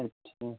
अच्छा